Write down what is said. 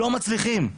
לא מצליחים,